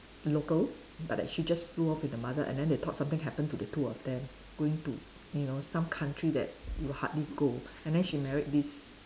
local but that she just flew off with her mother and then they thought something happened to the two of them going to you know some country that you hardly go and then she married this